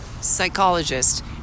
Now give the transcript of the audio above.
Psychologist